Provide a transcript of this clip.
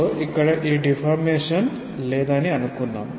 so ఇక్కడ deformation లేదని అనుకుందాం